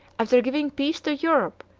after giving peace to europe,